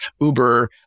uber